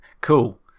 Cool